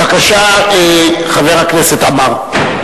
בבקשה, חבר הכנסת עמאר.